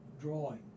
drawing